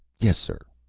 yes, sir.